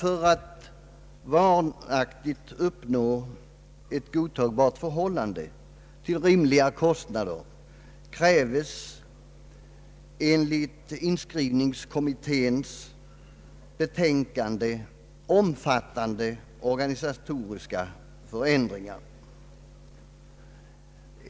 För att varaktigt uppnå ett godtagbart förhållande till rimliga kostnader krävs enligt inskrivningskommitténs betänkande omfattande organisatoriska förändringar.